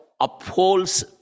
upholds